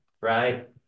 right